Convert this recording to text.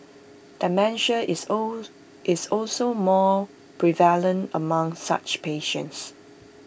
dementia is all is also more prevalent among such patients